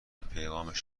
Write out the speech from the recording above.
پیغامش